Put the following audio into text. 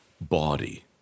Body